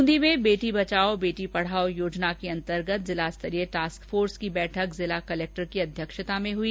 ब्रंदी में बेटी बचाओ बेटी पढाओ योजना के अंतर्गत जिला स्तरीय टास्क फोर्स की बैठक आज जिला कलेक्टर की अध्यक्षता में हुई